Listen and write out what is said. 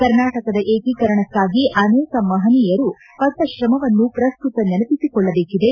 ಕರ್ನಾಟಕದ ಏಕೀಕರಣಕ್ಕಾಗಿ ಅನೇಕ ಮಹನೀಯರು ಪಟ್ಟ ಶ್ರಮವನ್ನು ಪ್ರಸ್ತುತ ನೆನಪಿಸಿಕೊಳ್ಳಬೇಕಿದೆ